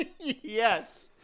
yes